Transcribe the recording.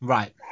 Right